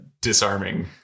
disarming